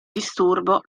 disturbo